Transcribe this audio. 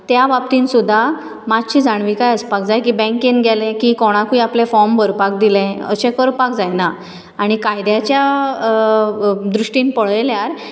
त्या बाबतींत सुद्दां मातशी जाणविकाय आसपाक जाय की बँकेन गेले की कोणाकुय आपले फॉर्म बरपाक दिले अशें करपाक जायना आनी कायद्याच्या दृश्टीन पळयल्यार